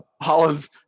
Holland's